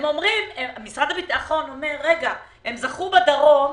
משרד הביטחון אומר שהם זכו בדרום,